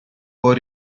poi